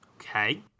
Okay